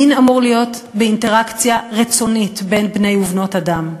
מין אמור להיות באינטראקציה רצונית בין בני ובנות אדם.